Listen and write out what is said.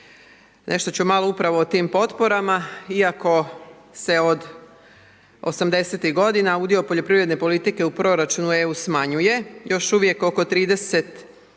Nešto ću malo upravo o tim potporama iako se od 80-tih godina udio poljoprivredne politike u proračunu EU smanjuje, još uvijek oko 31%